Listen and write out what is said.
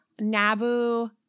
Nabu